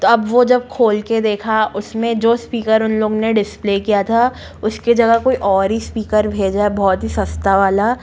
तो अब वो जब खोल के देखा उसमें जो स्पीकर उन लोग ने डिसप्ले किया था उसके जगह कोई और ही स्पीकर भेजा बहुत ही सस्ता वाला